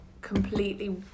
completely